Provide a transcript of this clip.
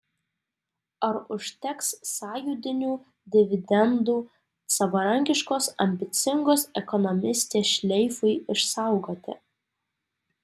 ar užteks sąjūdinių dividendų savarankiškos ambicingos ekonomistės šleifui išsaugoti